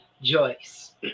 Joyce